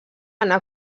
anar